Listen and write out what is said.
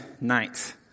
night